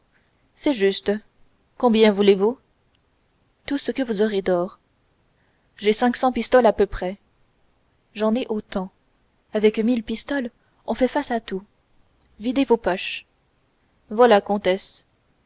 c'est juste combien voulez-vous tout ce que vous aurez d'or j'ai cinq cents pistoles à peu près j'en ai autant avec mille pistoles on fait face à tout videz vos poches voilà comtesse